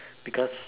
because